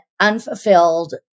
unfulfilled